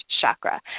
chakra